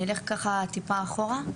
אני אלך ככה טיפה אחורה,